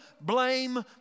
blame